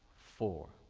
four.